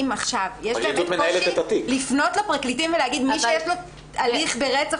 עכשיו יש באמת קושי לפנות לפרקליטים ולהגיד שמיש שי לו הליך ברצח,